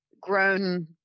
grown